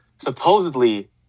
supposedly